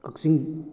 ꯀꯛꯆꯤꯡ